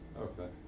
Okay